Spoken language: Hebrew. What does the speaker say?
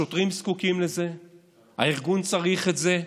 השוטרים זקוקים לזה, הארגון צריך את זה.